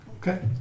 Okay